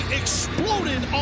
exploded